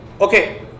okay